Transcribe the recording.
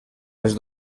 les